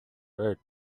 earth